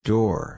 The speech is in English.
Door